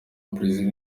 brazil